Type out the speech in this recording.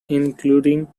including